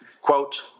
quote